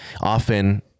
Often